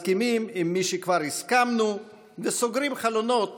מסכימים למי שכבר הסכמנו לו וסוגרים חלונות